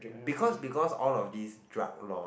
because because all of these drug law